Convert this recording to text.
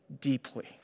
deeply